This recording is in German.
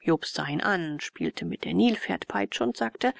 jobst sah ihn an spielte mit der nilpferdpeitsche und sagte